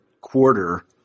quarter